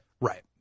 Right